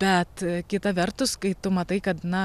bet kita vertus kai tu matai kad na